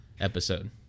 episode